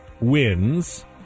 wins